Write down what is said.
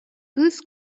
кыыс